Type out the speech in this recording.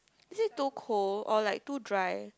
is it too cold or like too dry